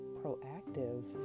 proactive